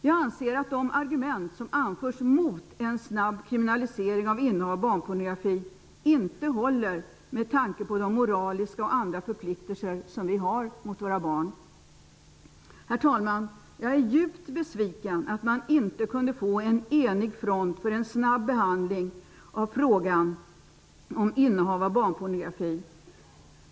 Jag anser att de argument som anförs mot en snabb kriminalisering av innehav av barnpornografi inte håller med tanke på de moraliska och andra förpliktelser som vi har mot våra barn. Herr talman! Jag är djupt besviken över att man inte kunde få en enig front för en snabb behandlig av frågan om innehav av barnpornografi.